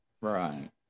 Right